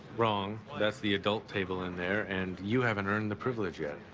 wrong, that's the adult table in there, and you haven't earned the privilege yet.